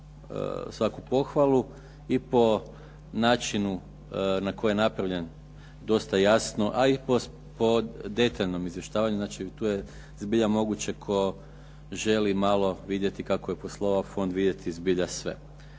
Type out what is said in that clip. svaku pohvalu i po načinu na koji je napravljen dosta jasno a i po detaljnom izvještavanju, znači tu je zbilja moguće tko želi malo vidjeti kako je poslovao fond vidjeti zbilja sve.